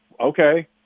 okay